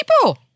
people